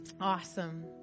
Awesome